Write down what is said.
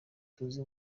tuzi